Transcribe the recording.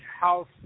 house